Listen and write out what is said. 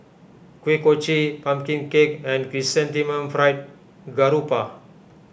Kuih Kochi Pumpkin Cake and Chrysanthemum Fried Garoupa